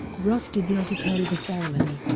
roth did not attend the ceremony